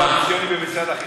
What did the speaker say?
למי?